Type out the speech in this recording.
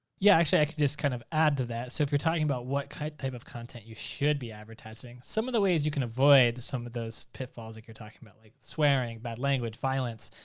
yeah, actually i just kind of add to that. so if you're talking about what type of content you should be advertising, some of the ways you can avoid some of those pitfalls like you're talking about, like swearing, bad language, violence,